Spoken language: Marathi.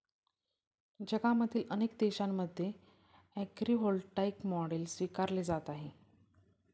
जगातील अनेक देशांमध्ये ॲग्रीव्होल्टाईक मॉडेल स्वीकारली जात आहे